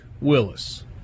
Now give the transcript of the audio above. Willis